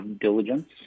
diligence